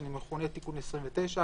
תיקון 29,